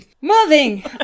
Moving